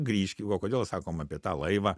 grįž o kodėl sakom apie tą laivą